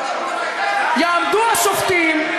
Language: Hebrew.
יעמדו השופטים,